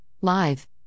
Live